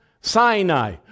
Sinai